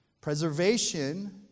Preservation